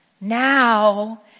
Now